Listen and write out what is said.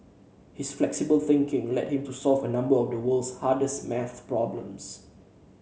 his flexible thinking led him to solve a number of the world's hardest maths problems